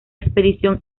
expedición